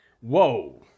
Whoa